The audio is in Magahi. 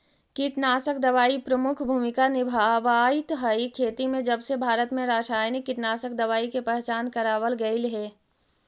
कीटनाशक दवाई प्रमुख भूमिका निभावाईत हई खेती में जबसे भारत में रसायनिक कीटनाशक दवाई के पहचान करावल गयल हे